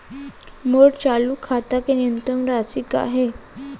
मोर चालू खाता के न्यूनतम राशि का हे?